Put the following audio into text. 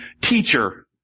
Teacher